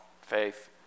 faith